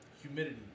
humidity